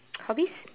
hobbies